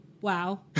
wow